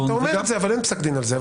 --- אתה אומר את זה אבל אין פסק דין על זה.